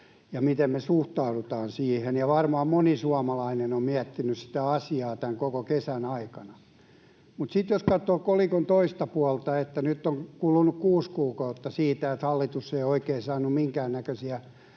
ja miten me suhtaudutaan siihen, ja varmaan moni suomalainen on miettinyt sitä asiaa tämän kesän aikana. Mutta sitten jos katsoo sitä kolikon toista puolta, että nyt on kulunut kuusi kuukautta ja hallitus ei ole saanut oikein minkäännäköisiä